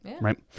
right